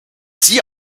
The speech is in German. sie